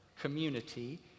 community